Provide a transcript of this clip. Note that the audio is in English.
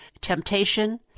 Temptation